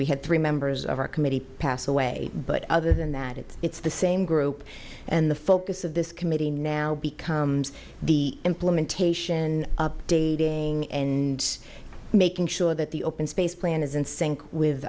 we had three members of our committee pass away but other than that it's the same group and the focus of this committee now becomes the implementation updating and making sure that the open space plan is in sync with